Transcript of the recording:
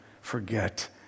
forget